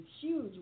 huge